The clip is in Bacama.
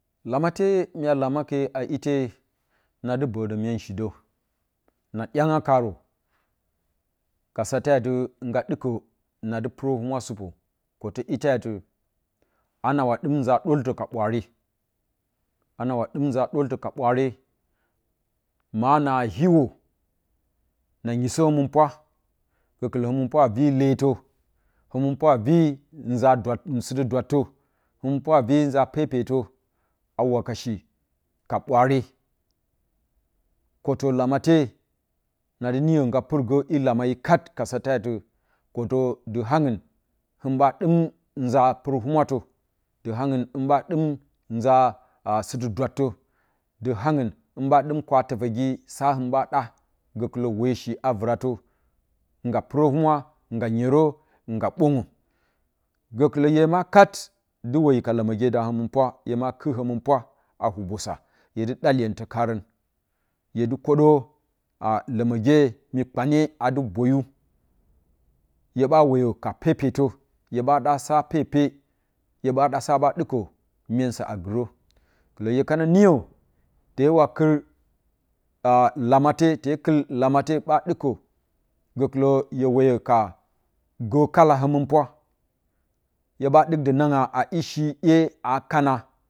Lamate mya lamakai a ite na dɨ bo də myenshi də na dyangua karə kasate ati nga ɗɨkə nadɨ purə humwa supə ketə adɨ anawa anawa dɨm nza doltə ka byaare anawa ɗɨm nza dottə ka ɓwaara mana yhiwə na nyisə həmɨn pwa səkɨlə həmɨn pwa ari həmɨnpwa ari auna dwa dwa tə hə mɨnpwa vi nza pepetə a wakashi ka ɓwaare kotə lamare na niyə na purgəi lamani kat ka satati kotə dɨ hangu hinɓa dɨm nza purəhumatə dɨ haunan hu ba dɨm nza sɨtɨ dwattə dɨ haungu hu ɓa ɗim kwatərəge sa hin ɓa ɗa gəkɨlə weishi a vratə nga purəhumra nga nyerə nga bongyo səkilə hye ma kat ndɨ woyi ka ləməge da həmɨn pwa hwe kɨt həmɨnpwa a hubosa huedɨ ɗa iyentə karən hyedɨ kədə ləməge myi kpanye a dɨ bogu hye ɓa woyə ka pepetə hye ɓa ɗa sa pepe hue ɓa ɗa sa ɓa ɗɨkə myensa a gorə gokɨlə hyekananiyə tewa kɨlalamate te kɨl lamate ɓa dikə gəkɨlə hye woyə ka gə kala həmɨn pwa hye ɓa ɗik də nnanga a ishi iye a kana